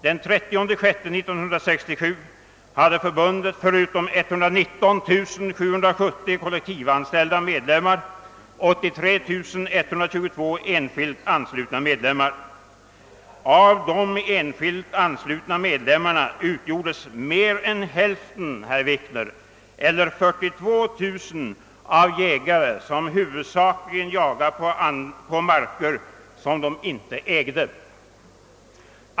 Den 30 juni 1967 hade förbundet förutom 119770 kollektivanslutna även 83122 enskilt anslutna medlemmar. Av de enskilt anslutna medlemmarna utgjordes mer än hälften, herr Wikner, nämligen 42 000, av jägare som huvudsakligen jagar på marker vilka de inte äger.